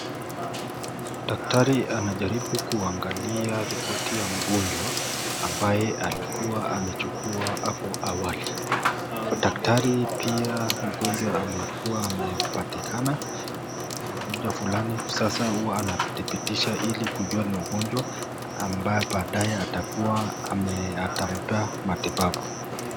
Daktari anajaribu kuangalia ripoti ya mgonjwa ambaye alikua amechukua apa awali . Daktari pia huyu amekua amepatika na ugonjwa fulani sasa huwa anadhibitisha ili ajue ugonjwa ambae baadaye atakua atampea matibabu.